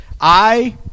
I-